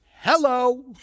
Hello